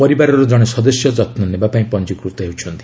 ପରିବାର ଜଣେ ସଦସ୍ୟ ଯତ୍ନ ନେବା ପାଇଁ ପଞ୍ଜିକୃତ ହେଉଛନ୍ତି